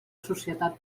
societat